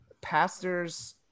pastors